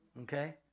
okay